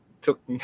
took